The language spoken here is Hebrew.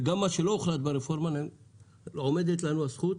וגם מה שלא הוחלט ברפורמה עומדת לנו הזכות